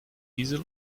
diesel